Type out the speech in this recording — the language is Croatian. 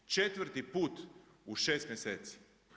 4 put u 6 mjeseci.